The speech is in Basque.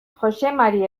joxemari